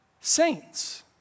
Saints